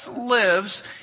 lives